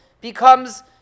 becomes